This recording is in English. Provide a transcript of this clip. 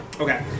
Okay